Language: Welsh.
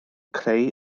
creu